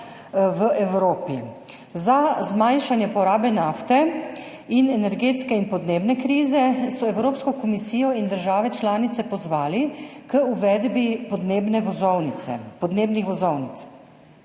v Evropi. Za zmanjšanje porabe nafte in energetske in podnebne krize so Evropsko komisijo in države članice pozvali k uvedbi podnebnih vozovnic.